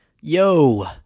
Yo